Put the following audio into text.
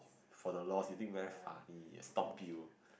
for the lol you think very funny stomp you